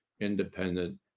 independent